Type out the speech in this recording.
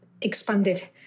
expanded